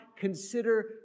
consider